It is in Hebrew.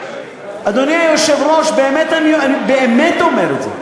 אדוני היושב-ראש, אני באמת אומר את זה.